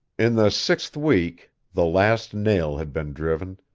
in the sixth week, the last nail had been driven,